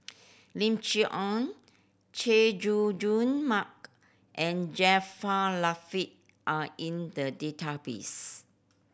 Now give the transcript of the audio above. Lim Chee Onn Chay Jung Jun Mark and Jaafar Latiff are in the database